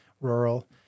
rural